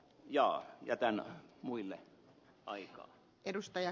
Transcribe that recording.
jaa jätän muille aikaa